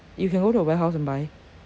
you can go to the warehouse and buy